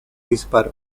disparo